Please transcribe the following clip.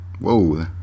Whoa